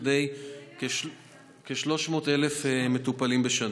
לכדי כ-300,000 מטופלים בשנה.